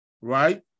right